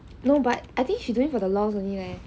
no but I think she doing for the LOL only leh